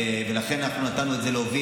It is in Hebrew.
לכן אנחנו נתנו את זה להובלה